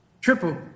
Triple